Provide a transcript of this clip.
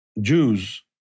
Jews